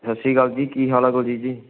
ਸਤਿ ਸ਼੍ਰੀ ਅਕਾਲ ਜੀ ਕੀ ਹਾਲ ਹੈ ਬਲਜੀਤ ਜੀ